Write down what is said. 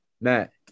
Matt